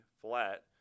flat